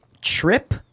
Trip